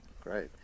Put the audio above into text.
Great